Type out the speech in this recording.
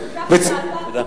תיקח את זה אתה.